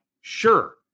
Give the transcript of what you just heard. sure